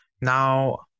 now